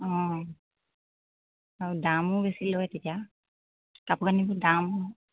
অঁ আৰু দামো বেছি লয় তেতিয়া কাপোৰ কানিবোৰ দাম